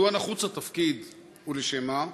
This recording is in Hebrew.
מדוע נחוץ התפקיד ולשם מה?